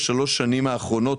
בשלוש השנים האחרונות,